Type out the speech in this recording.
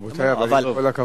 רבותי, עם כל הכבוד.